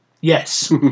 Yes